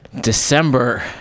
December